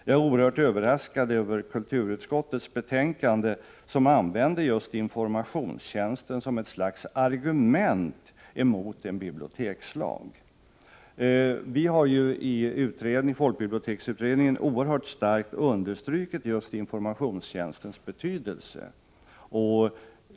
Jag är oerhört överraskad över kulturutskottets betänkande, där man använder just informationstjänsten som ett slags argument mot en bibliotekslag. Vi har i folkbiblioteksutredningen mycket starkt understrukit just informationstjänstens betydelse.